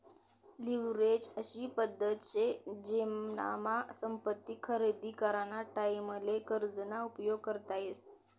leverage अशी पद्धत शे जेनामा संपत्ती खरेदी कराना टाईमले कर्ज ना उपयोग करता येस